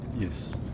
Yes